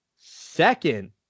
second